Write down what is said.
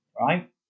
right